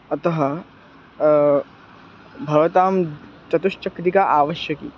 अतः भवतां चतुश्चिक्रिका आवश्यकी